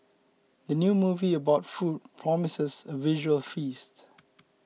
the new movie about food promises a visual feast